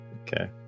Okay